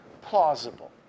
plausible